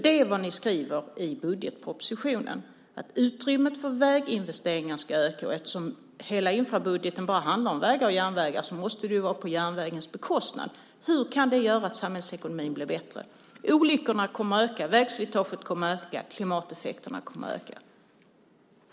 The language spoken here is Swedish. Det ni skriver i budgetpropositionen är att utrymmet för väginvesteringar ska öka. Eftersom hela infrastrukturbudgeten bara handlar om vägar och järnvägar måste det vara på järnvägens bekostnad. Hur kan det göra att samhällsekonomin blir bättre? Olyckorna kommer att öka, vägslitaget kommer att öka och klimateffekterna kommer att öka.